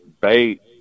bait